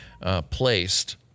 placed